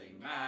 mad